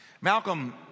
Malcolm